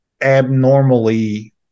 abnormally